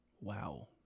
Wow